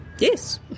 Yes